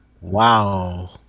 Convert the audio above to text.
Wow